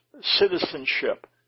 citizenship